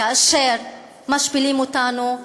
כאשר משפילים אותנו,